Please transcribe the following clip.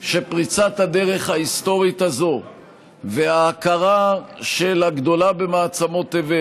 שפריצת הדרך ההיסטורית הזאת וההכרה של הגדולה במעצמות תבל,